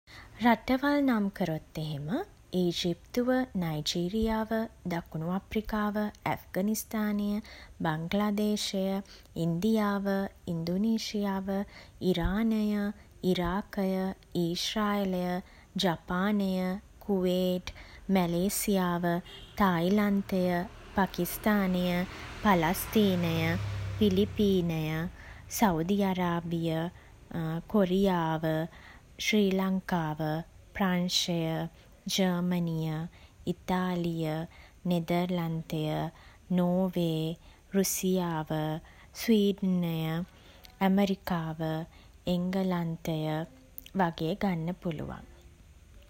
රටවල් නම් කරොත් එහෙම ඊජිප්තුව නයිජීරියාව දකුණු අප්‍රිකාව ඇෆ්ගනිස්ථානය බංග්ලාදේශය ඉන්දියාව ඉන්දුනීෂියාව ඉරානය ඉරාකය ඊශ්‍රායලය ජපානය කුවේට් මැලේසියාව තායිලන්තය පකිස්ථානය පලස්තීනය පිලිපීනය සෞදි අරාබිය කොරියාව ශ්‍රී ලංකාව ප්‍රංශය ජර්මනිය ඉතාලිය නෙදර්ලන්තය නෝර්වේ රුසියාව ස්වීඩනය ඇමරිකාව එංගලන්තය වගේ ගන්න පුළුවන්